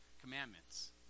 commandments